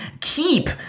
keep